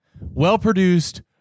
well-produced